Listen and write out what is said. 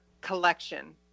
collection